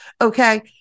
okay